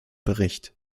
bericht